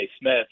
Smith